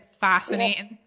fascinating